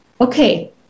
okay